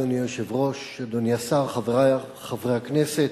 אדוני היושב ראש, אדוני השר, חברי חברי הכנסת,